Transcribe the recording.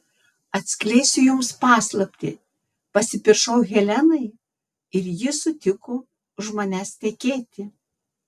atskleisiu jums paslaptį pasipiršau helenai ir ji sutiko už manęs tekėti